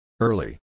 Early